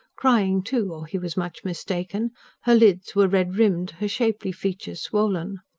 crying, too, or he was much mistaken her lids were red-rimmed, her shapely features swollen.